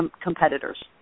competitors